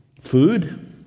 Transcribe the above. food